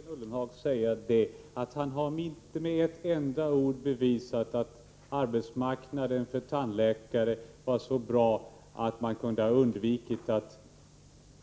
Herr talman! Låt mig bara till Jörgen Ullenhag säga att han inte med ett enda ord har bevisat att arbetsmarknaden för tandläkare var så bra att man kunde ha undvikit att